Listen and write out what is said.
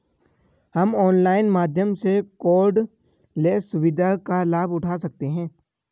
हम ऑनलाइन माध्यम से कॉर्डलेस सुविधा का लाभ उठा सकते हैं